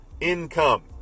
income